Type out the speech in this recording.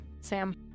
Sam